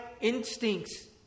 instincts